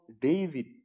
David